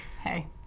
Hey